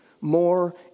more